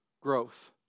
growth